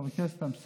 חבר הכנסת אמסלם,